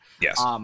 Yes